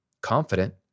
confident